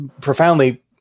profoundly